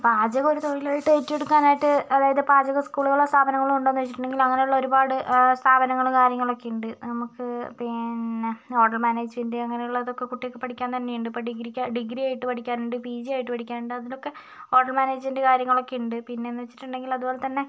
പാചകം ഒരു തൊഴിലായിട്ട് ഏറ്റെടുക്കാനായിട്ട് അതായത് പാചക സ്കൂളുകളോ സ്ഥാപനങ്ങളോ ഉണ്ടോന്ന് ചോദിച്ചിട്ടുണ്ടെങ്കിൽ അങ്ങനെയുള്ള ഒരുപാട് സ്ഥാപനങ്ങളും കാര്യങ്ങളൊക്കെ ഉണ്ട് നമുക്ക് പിന്നെ ഓർഡർ മാനേജ്മന്റ് അങ്ങനെയുള്ള ഇതൊക്കെ കുട്ടുകൾക്ക് പഠിക്കാൻ തന്നെ ഉണ്ട് ഇപ്പം ഡിഗ്രിക്ക് ഡിഗ്രി ആയിട്ട് പഠിക്കാൻ ഉണ്ട് പി ജി ആയിട്ട് പഠിക്കാൻ ഉണ്ട് അതിലൊക്കെ ഹോട്ടൽ മാനേജ്മെന്റ്റ് കാര്യങ്ങളൊക്കെ ഉണ്ട് പിന്നെന്ന് വെച്ചിട്ടുണ്ടെങ്കില് അതുപോലെത്തന്നെ